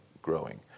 Growing